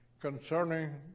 concerning